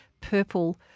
purple